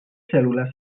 cèl·lules